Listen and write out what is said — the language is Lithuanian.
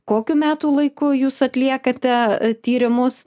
kokiu metų laiku jūs atliekate tyrimus